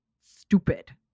stupid